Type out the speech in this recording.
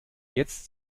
jetzt